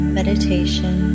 Meditation